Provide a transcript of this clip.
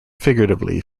figuratively